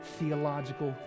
theological